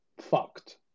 fucked